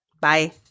Bye